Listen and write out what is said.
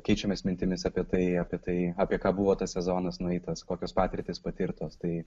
keičiamės mintimis apie tai apie tai apie ką buvo tas sezonas nueitas kokios patirtys patirtos tai